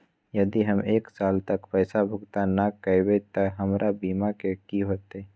यदि हम एक साल तक पैसा भुगतान न कवै त हमर बीमा के की होतै?